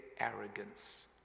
arrogance